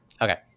Okay